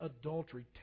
adultery